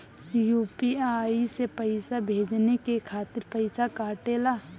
UPI से पइसा भेजने के खातिर पईसा कटेला?